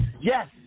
Yes